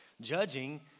judging